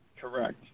Correct